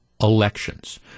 elections